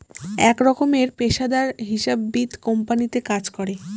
এক রকমের পেশাদার হিসাববিদ কোম্পানিতে কাজ করে